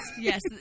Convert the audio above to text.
Yes